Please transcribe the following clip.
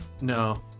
No